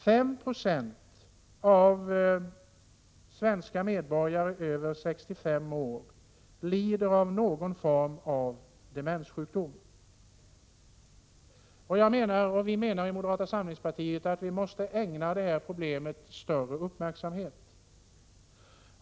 5 26 av svenska medborgare över 65 år lider av någon form av demenssjukdom. Moderata samlingspartiet menar att vi måste ägna detta problem större uppmärksamhet.